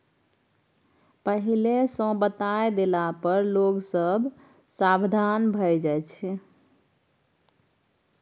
पहिले सँ बताए देला पर लोग सब सबधान भए जाइ छै